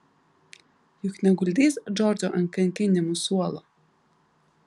juk neguldys džordžo ant kankinimų suolo